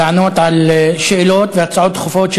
לענות על שאלות והצעות דחופות של